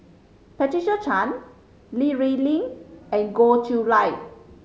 Patricia Chan Li Rulin and Goh Chiew Lye